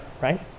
right